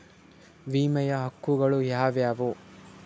ವಿಮೆಯ ಹಕ್ಕುಗಳು ಯಾವ್ಯಾವು?